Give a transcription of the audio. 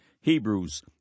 Hebrews